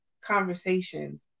conversation